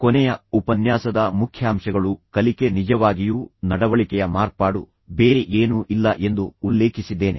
ಕೊನೆಯ ಉಪನ್ಯಾಸದ ಮುಖ್ಯಾಂಶಗಳು ನಿಮಗೆ ನೆನಪಿದ್ದರೆ ಕಲಿಕೆ ನಿಜವಾಗಿಯೂ ನಡವಳಿಕೆಯ ಮಾರ್ಪಾಡು ಬೇರೆ ಏನೂ ಇಲ್ಲ ಎಂದು ನಾನು ವಿಶೇಷವಾಗಿ ಉಲ್ಲೇಖಿಸಿದ್ದೇನೆ